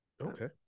okay